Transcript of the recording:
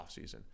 offseason